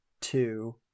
two